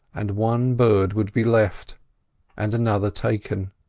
and one bird would be left and another taken,